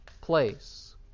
place